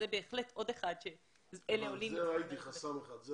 ראיתי חסם אחד.